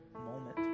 moment